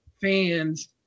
fans